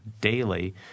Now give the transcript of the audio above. daily